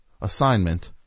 assignment